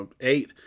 eight